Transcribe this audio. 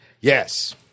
Yes